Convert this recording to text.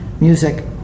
music